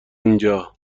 اینجا